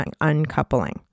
uncoupling